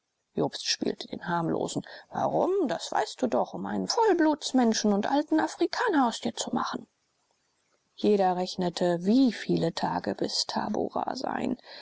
jobst spielte den harmlosen warum das weißt du doch um einen vollblutsmenschen und alten afrikaner aus dir zu machen jeder rechnete wie viele tage bis tabora seien